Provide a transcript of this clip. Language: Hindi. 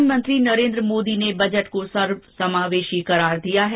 प्रधानमंत्री नरेन्द्र मोदी ने बजट को सर्वसमावेशी करार दिया है